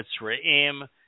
Mitzrayim